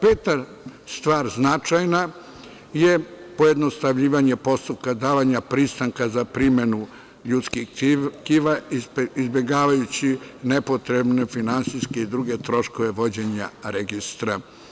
Peta stvar, značajna, je pojednostavljivanje postupka davanja pristanka za primenu ljudskih tkiva izbegavajući nepotrebne finansijske i druge troškove vođenja registra.